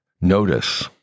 Notice